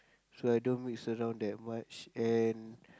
so I don't mix around that much and